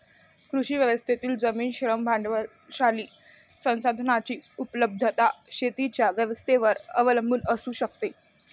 कृषी व्यवस्थेतील जमीन, श्रम, भांडवलशाही संसाधनांची उपलब्धता शेतीच्या व्यवस्थेवर अवलंबून असू शकते